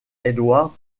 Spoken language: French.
edward